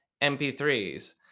MP3s